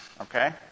okay